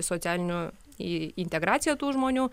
socialinių į integraciją tų žmonių